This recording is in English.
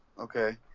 Okay